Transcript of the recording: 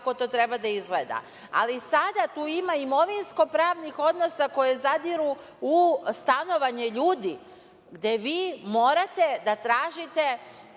kako to treba da izgleda, ali sada tu ima imovinsko pravih odnosa koji zadiru u stanovanje ljudi gde vi morate da tražite